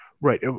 Right